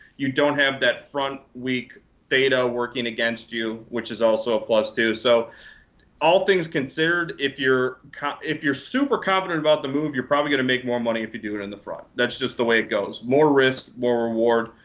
you don't have that front weak theta working against you, which is also a plus, too. so all things considered, if you're kind of if you're super confident about the move, you're probably going to make more money if you do it in the front. that's just the way it goes. more risk, more reward.